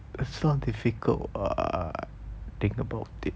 it's not difficult [what] think about it